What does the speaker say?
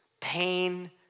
pain